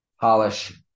polish